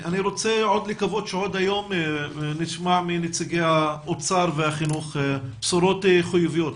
אני רוצה לקוות שעוד היום נשמע מנציגי האוצר והחינוך בשורות חיוביות.